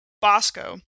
Bosco